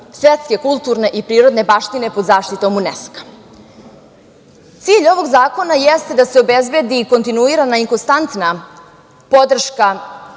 svetske kulturne i prirodne baštine pod zaštitom UNESKA.Cilj ovog zakona jeste da se obezbedi kontinuirana i konstantna podrška